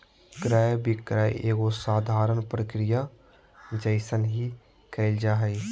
क्रय विक्रय एगो साधारण प्रक्रिया जइसन ही क़इल जा हइ